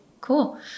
cool